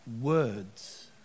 words